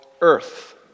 Earth